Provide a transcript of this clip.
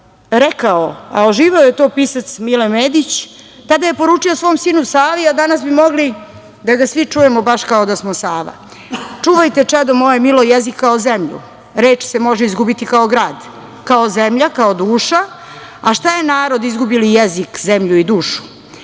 a oživeo je to pisac Mile Medić, tada je poručio svom sinu Savi, a danas bi mogli da ga svi čujemo baš kao da smo Sava – čuvajte čedo moje milo jezik kao zemlju. Reč se može izgubiti kao grad, kao zemlja, kao duša, a šta je narod izgubi li jezik, zemlju i dušu?